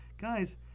guys